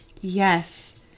yes